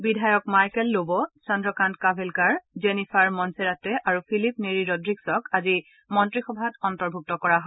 বিধায়ক Michael Lobo Chandrakant Kavlekar Jennifer Monserrate আৰু Philip Neri Rodrigues আজি মন্ত্ৰীসভাত অন্তৰ্ভুক্ত কৰা হয়